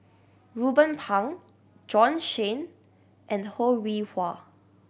Ruben Pang Bjorn Shen and Ho Rih Hwa